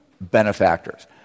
benefactors